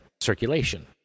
circulation